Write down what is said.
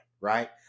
Right